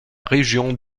région